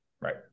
Right